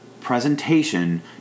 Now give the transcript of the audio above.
presentation